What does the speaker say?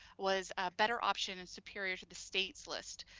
was a better option and superior to the state's list.